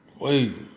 Wait